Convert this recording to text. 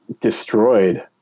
destroyed